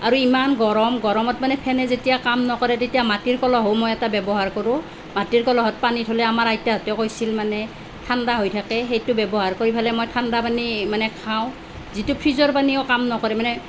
আৰু ইমান গৰম গৰমত মানে ফেনে যেতিয়া কাম নকৰে তেতিয়া মাটিৰ কলহো মই এটা ব্যৱহাৰ কৰোঁ মাটিৰ কলহত পানী থ'লে আমাৰ আইতাহঁতে কৈছিল মানে ঠাণ্ডা হৈ থাকে সেইটো ব্যৱহাৰ কৰি পেলাই মই ঠাণ্ডা পানী মানে খাওঁ যিটো ফ্ৰীজৰ পানীয়েও কাম নকৰে মানে